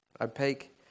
opaque